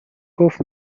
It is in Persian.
گفت